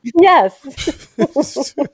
Yes